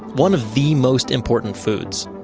one of the most important foods.